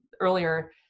earlier